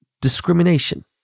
discrimination